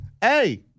hey